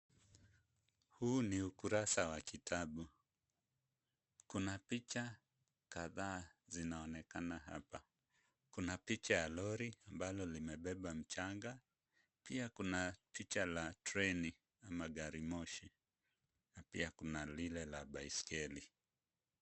Huu ni ukurasa wa kitabu. Kuna picha kadhaa zinaonekana hapa. Kuna picha ya lori ambalo limebeba mchanga, pia kuna picha la traini ama gari moshi na pia kuna lile la baiskeli.